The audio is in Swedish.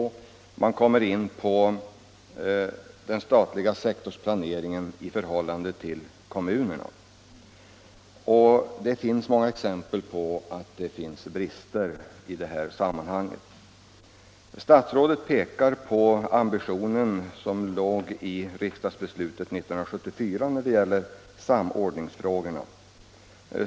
I sammanhanget finns också den statliga sektorns planering i förhållande till kommunernas. Det finns många exempel på brister i båda dessa avseenden. Statsrådet pekar i svaret på ambitionen i riksdagsbeslutet år 1964 när det gäller samordningsfrågorna.